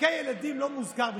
משחקי ילדים לא מוזכרים בכלל.